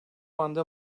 anda